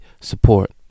support